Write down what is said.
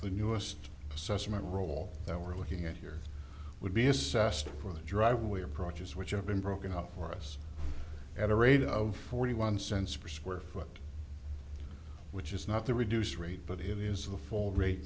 the newest assessment role that we're looking at here would be assessed for the driveway approaches which have been broken up for us at a rate of forty one cents per square foot which is not the reduced rate but it is the fall rate